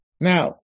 Now